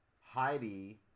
Heidi